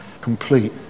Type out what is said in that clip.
Complete